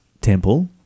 temple